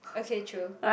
okay true